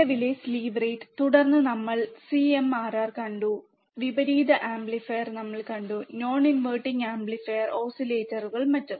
നിലവിലെ slew rate തുടർന്ന് നമ്മൾ സിഎംആർആർ കണ്ടു വിപരീത ആംപ്ലിഫയറും നമ്മൾ കണ്ടു നോൺ ഇൻവെർട്ടിംഗ് ആംപ്ലിഫയർ ഓസിലേറ്ററുകളും മറ്റും